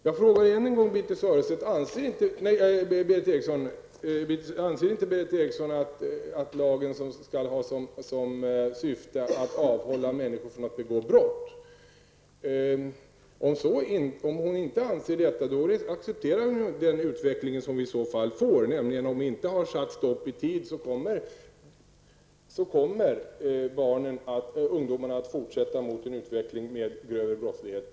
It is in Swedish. Jag frågar än en gång om inte Berith Eriksson anser att lagen skall syfta till att avhålla människor från att begå brott. Om hon inte anser det, då accepterar hon ju den tragiska utveckling som vi i så fall får. Om vi inte sätter stopp i tid kommer ungdomsbrottslingarna att fortsätta på sin bana mot allt grövre brott.